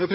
Jeg